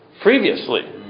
previously